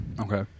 Okay